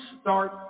start